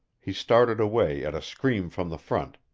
he started away at a scream from the front,